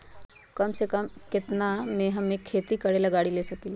कम से कम केतना में हम एक खेती करेला गाड़ी ले सकींले?